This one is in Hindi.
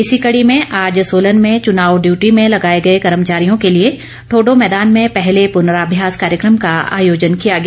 इसी कड़ी में आज सोलन में चुनाव डयूटी में लगाए गए कर्मचारियों के लिए ठोडो मैदान में पहले पुर्नाभ्यास कार्यक्रम का आयोजन किया गया